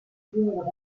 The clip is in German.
syrien